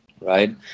right